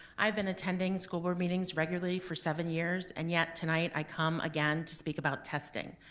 i've been attending school board meetings regularly for seven years and yet tonight, i come again to speak about testing.